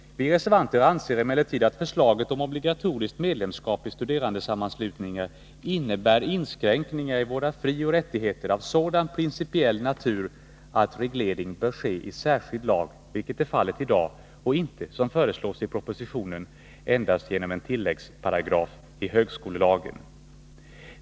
Vi reservanter anser emellertid att förslaget om obligatoriskt medlemskap i studerandesammanslutningar innebär inskränkningar i våra frioch rättigheter av sådan principiell natur att reglering bör ske i särskild lag, vilket är fallet i dag, och inte, som föreslås i propositionen, endast genom en tilläggsparagraf i högskolelagen.